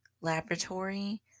laboratory